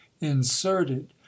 inserted